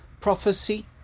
prophecy